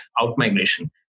out-migration